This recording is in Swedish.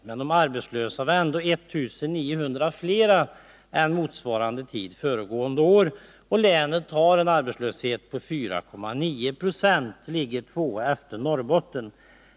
Men de arbetslösa var ändå 1 900 fler än vid motsvarande tid föregående år. Länet har en arbetslöshet på 4,9 96 och ligger tvåa efter Norrbotten.